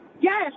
Yes